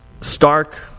stark